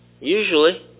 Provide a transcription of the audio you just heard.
Usually